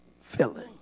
feeling